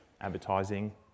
advertising